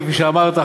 כפי שאמרת,